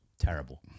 Terrible